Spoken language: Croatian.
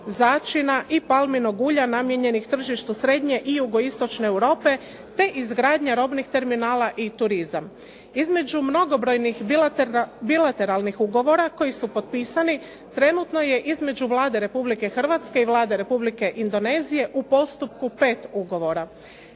začina i palminog ulja namijenjenih tržištu srednje i jugoistočne Europe, te izgradnja robnih terminala i turizam. Između mnogobrojnih bilateralnih ugovora koji su potpisani, trenutno je između Vlade Republike Hrvatske i Vlade Republike Indonezije u postupku pet ugovora.